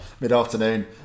Mid-afternoon